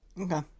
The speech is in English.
Okay